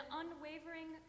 unwavering